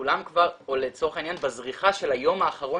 או לצורך העניין בזריחה של היום האחרון